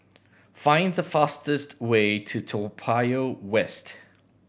find the fastest way to Toa Payoh West